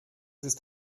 ist